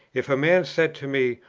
if a man said to me,